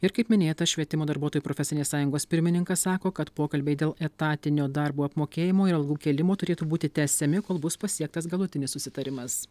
ir kaip minėta švietimo darbuotojų profesinės sąjungos pirmininkas sako kad pokalbiai dėl etatinio darbo apmokėjimo ir algų kėlimo turėtų būti tęsiami kol bus pasiektas galutinis susitarimas